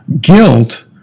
Guilt